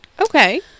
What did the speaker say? Okay